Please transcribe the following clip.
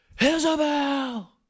Isabel